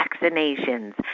vaccinations